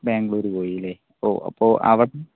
ബാംഗ്ലൂര് പോയി അല്ലേ ഓഹ് അപ്പോൾ അവിടെ